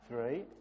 three